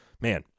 man